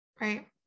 Right